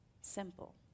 simple